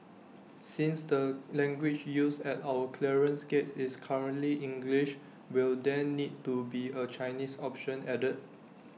since the language used at our clearance gates is currently English will there need to be A Chinese option added